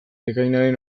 ekainaren